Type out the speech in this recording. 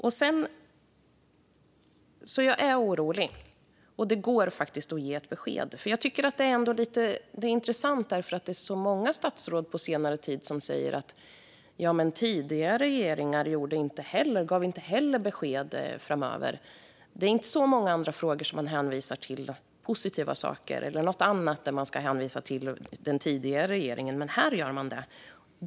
Jag är alltså orolig, och det går faktiskt att ge ett besked. Det är intressant, för det är många statsråd som på senare tid som säger: Tidigare regeringar gav inte heller besked om hur det skulle bli framöver! Det är inte i så många andra frågor när det gäller positiva saker som man hänvisar till den tidigare regeringen. Men när det gäller detta gör man det.